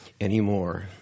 anymore